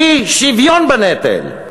אי-שוויון בנטל,